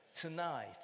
tonight